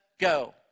go